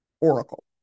Oracle